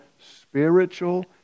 spiritual